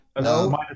No